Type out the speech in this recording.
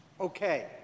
Okay